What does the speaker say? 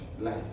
life